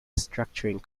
structuring